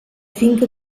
finca